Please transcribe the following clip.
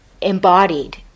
embodied